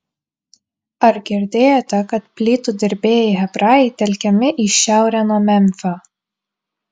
ar girdėjote kad plytų dirbėjai hebrajai telkiami į šiaurę nuo memfio